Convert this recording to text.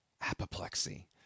Apoplexy